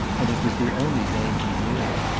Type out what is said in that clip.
and it was the only name he knew.